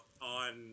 on